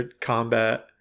combat